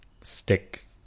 stick